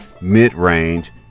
mid-range